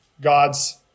God's